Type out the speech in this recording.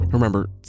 Remember